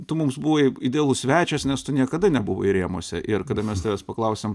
tu mums buvai idealus svečias nes tu niekada nebuvai rėmuose ir kada mes tavęs paklausėm